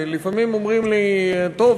ולפעמים אומרים לי: טוב,